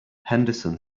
henderson